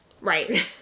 Right